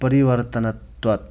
परिवर्तनत्वात्